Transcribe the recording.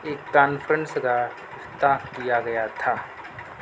ایک کانفرینس کا افتتاح کیا گیا تھا